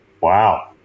Wow